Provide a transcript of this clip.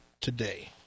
today